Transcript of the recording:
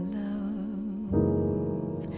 love